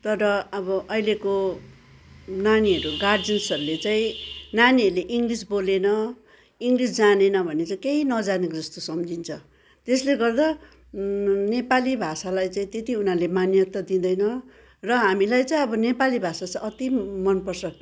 तर अब अहिलेको नानीहरू गार्जेन्सहरूले चाहिँ नानीहरूले इङ्ग्लिस बोलेन इङ्ग्लिस जानेन भने चाहिँ कही नजानेको जस्तो सम्झिन्छ त्यसले गर्दा नेपाली भाषालाई चाहिँ त्यति उनीहरूले मान्यता दिँदैन र हामीलाई चाहिँ अब नेपाली भाषा चाहिँ अति मनपर्छ